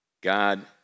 God